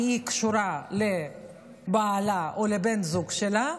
כי היא קשורה לבעלה או לבן הזוג שלה,